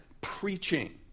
preaching